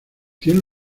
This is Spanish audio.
tiene